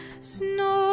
snow